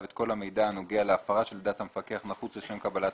את כל המידע הנוגע להפרה שלדעת המפקח נחוץ לשם קבלת